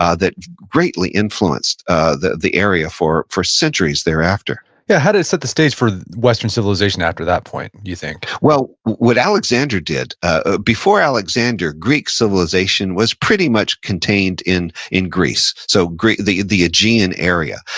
ah that greatly influenced ah the the area for for centuries thereafter yeah, how did it set the stage for western civilization after that point, do you think? well, what alexander did, ah before alexander, greek civilization was pretty much contained in in greece, so the the aegean area.